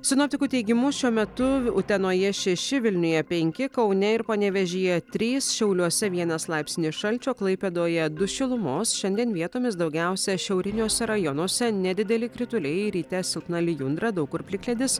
sinoptikų teigimu šiuo metu utenoje šeši vilniuje penki kaune ir panevėžyje trys šiauliuose vienas laipsnis šalčio klaipėdoje du šilumos šiandien vietomis daugiausia šiauriniuose rajonuose nedideli krituliai ryte silpna lijundra daug kur plikledis